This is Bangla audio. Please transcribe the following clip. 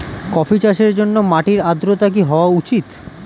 কফি চাষের জন্য মাটির আর্দ্রতা কি হওয়া উচিৎ?